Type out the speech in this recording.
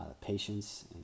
patience